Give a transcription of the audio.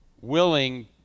willing